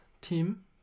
Tim